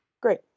Great